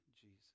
Jesus